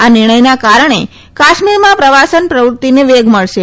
આ નિર્ણયના કારણે કાશ્રમાં પ્રવાસન પ્રવૃત્તિને વેગ મળશે